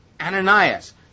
Ananias